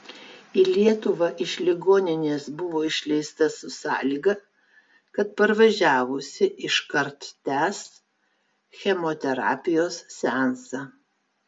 į lietuvą iš ligoninės buvo išleista su sąlyga kad parvažiavusi iškart tęs chemoterapijos seansą